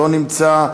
לא נמצא.